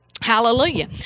hallelujah